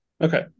Okay